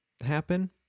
happen